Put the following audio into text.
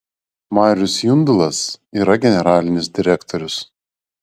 marius jundulas yra generalinis direktorius